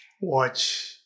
watch